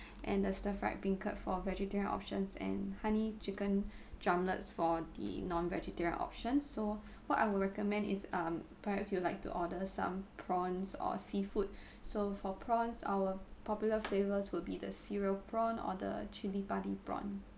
and the stir fried beancurd for vegetarian options and honey chicken drumlets for the non vegetarian option so what I would recommend is um perhaps you'd like to order some prawns or seafood so for prawns our popular flavours will be the cereal prawn or the chilli padi prawn